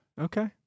Okay